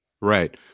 Right